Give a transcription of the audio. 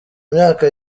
myaka